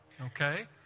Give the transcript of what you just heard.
okay